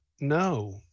no